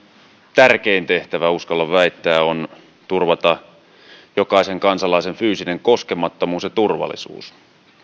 tärkein tehtävä uskallan väittää on turvata jokaisen kansalaisen fyysinen koskemattomuus ja turvallisuus